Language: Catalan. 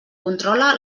controla